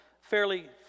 fairly